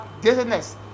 dizziness